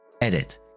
Edit